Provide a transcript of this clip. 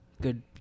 Good